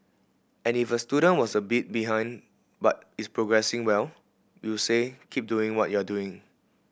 and if a student was a bit behind but is progressing well we'll say keep doing what you're doing